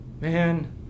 man